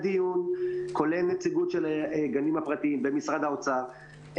כולל נציגות של גנים פרטיים במשרד האוצר,